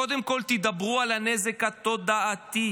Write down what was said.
קודם כול, תדברו על הנזק התודעתי.